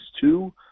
two